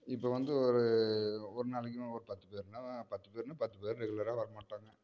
இப்போ வந்து ஒரு ஒரு நாளைக்குனா ஒரு பத்து பேருனா பத்து பேருனா பத்து பேர் ரெகுலராக வர மாட்டாங்க